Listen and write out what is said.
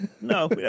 no